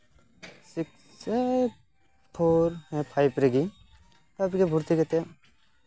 six ᱥᱮ four five ᱨᱮᱜᱮ five ᱨᱮ ᱵᱷᱚᱨᱛᱤ ᱠᱟᱛᱮᱫ